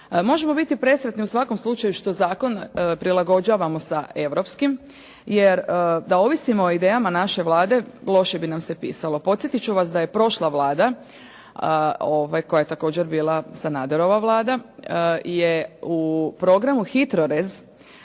Možemo biti presretni u svakom slučaju što zakon prilagođavamo sa europskim, jer da ovisimo o idejama naše Vlade, loše bi nam se pisalo. Podsjetit ću vas da je prošla Vlada, koja je također bila Sanaderova vlada, je u programu HITRORez